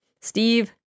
Steve